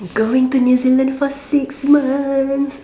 going to New Zealand for six months